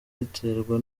biterwa